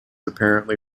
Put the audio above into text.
apparently